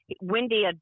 Wendy